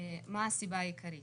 מה הסיבה העיקרית.